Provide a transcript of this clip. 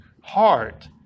heart